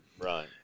Right